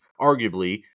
arguably